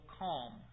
calm